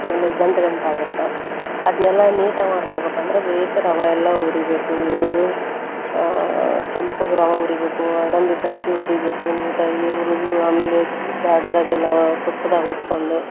ಆಮೇಲೆ ಗಂಟು ಗಂಟಾಗತ್ತೆ ಅದನ್ನೆಲ್ಲ ನೀಟಾಗಿ ಮಾಡ್ಕೋಬೇಕಂದ್ರೆ ಬೇಸ ರವೆಯೆಲ್ಲ ಹುರಿಬೇಕು ಹುರುದು ಕೆಂಪಗೆ ರವೆ ಹುರಿಬೇಕು ಗೋಡಂಬಿ ದ್ರಾಕ್ಷಿ ಹುರಿಬೇಕು ನೀಟಾಗಿ ಹುರುದು ಆಮೇಲೆ ದಾಡದಾಗೆಲ್ಲ ತುಪ್ಪದಾಗ ಹುರ್ಕೊಂಡು